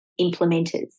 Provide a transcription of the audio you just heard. implementers